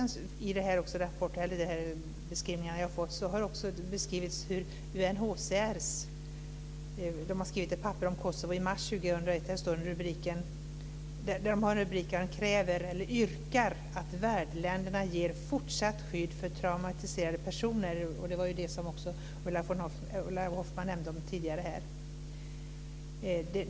I de beskrivningar som jag har fått har det också beskrivits att UNHCR har skrivit ett papper om Kosovo i mars 2001. De yrkar att värdländerna ger fortsatt skydd för traumatiserade personer. Det var ju också det som Ulla Hoffmann nämnde tidigare.